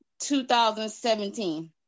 2017